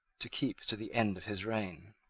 to keep to the end of his reign.